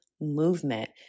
movement